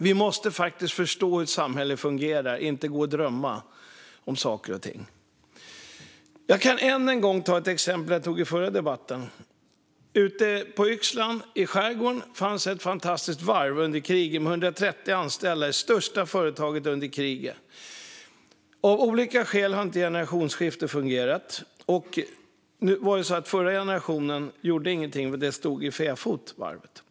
Vi måste förstå hur ett samhälle fungerar och inte gå och drömma om saker och ting. Jag kan än en gång ta ett exempel jag tog upp i den förra debatten. Ute på Yxlan i skärgården fanns ett fantastiskt varv under kriget med 130 anställda. Det var ett av de största företagen under kriget. Av olika skäl har inte generationsskiftet fungerat. Den förra generationen gjorde inget åt varvet, och det låg för fäfot.